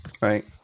Right